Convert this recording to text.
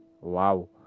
Wow